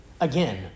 again